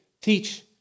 teach